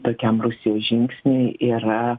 tokiam rusijos žingsniui yra